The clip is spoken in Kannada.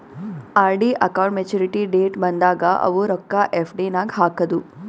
ಆರ್.ಡಿ ಅಕೌಂಟ್ ಮೇಚುರಿಟಿ ಡೇಟ್ ಬಂದಾಗ ಅವು ರೊಕ್ಕಾ ಎಫ್.ಡಿ ನಾಗ್ ಹಾಕದು